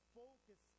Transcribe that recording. focus